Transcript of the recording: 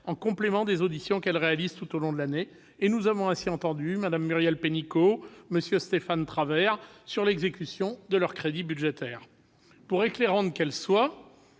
en complément des auditions qu'elle réalise tout au long de l'année. Nous avons ainsi entendu Mme Muriel Pénicaud et M. Stéphane Travert sur l'exécution de leurs crédits budgétaires. Pour éclairantes qu'elles soient,